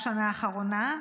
בשנה האחרונה,